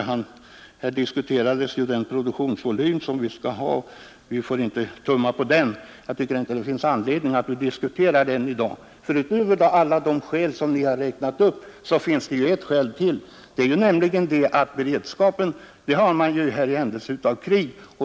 Vi har ju diskuterat vilken produktionsvolym som vi skall ha, och vi får inte tumma på den. Jag tycker inte det finns anledning att diskutera den frågan i dag. Utöver alla uppräknade skäl finns ytterligare ett, nämligen den beredskap som vi måste ha i händelse av krig.